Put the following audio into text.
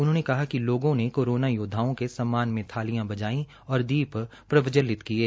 उन्होंने कहा कि लोगों ने कोरोना योद्वाओं के सम्मान में थालियां बजाई और दीप प्रवज्जलित किये